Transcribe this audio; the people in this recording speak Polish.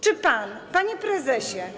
Czy pan, panie prezesie.